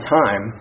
time